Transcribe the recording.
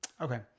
Okay